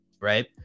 right